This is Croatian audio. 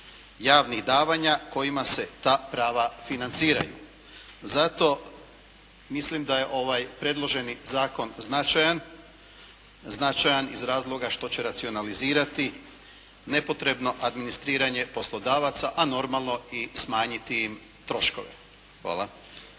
javnih davanja kojima se ta prava financiraju. Zato mislim da je ovaj predloženi zakon značajan. Značajan iz razloga što će racionalizirati nepotrebno administriranje poslodavaca, a normalno i smanjiti im troškove. Hvala.